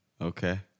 Okay